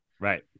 Right